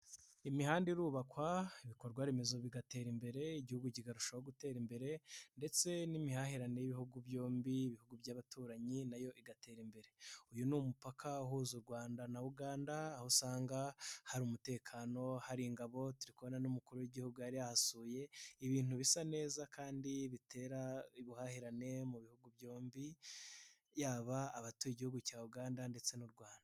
Imihanda irubakwa, ibikorwaremezo bigatera imbere, igihugu kigarushaho gutera imbere ndetse n'imihahirane y'ibihugu byombi, ibihugu by'abaturanyi nayo igatera imbere. Uyu ni umupaka uhuza u Rwanda na Uganda aho usanga hari umutekano, hari ingabo zirwana n'umukuru w'Igihugu yarihasuye ibintu bisa neza kandi bitera ubuhahirane mu bihugu byombi, yaba abatuye igihugu cya Uganda ndetse n'u Rwanda.